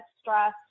stress